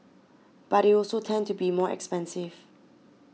but they also tend to be more expensive